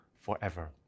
forever